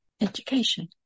education